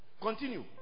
Continue